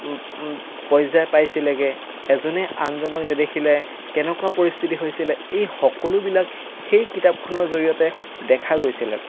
পৰ্যায় পাইছিলেগৈ এজনে আনজনক নেদেখিলে কেনেকুৱা পৰিস্থিতি হৈছিলে এই সকলোবিলাক সেই কিতাপখনৰ জৰিয়তে দেখা গৈছিলে